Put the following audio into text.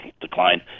decline